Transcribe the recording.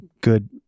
good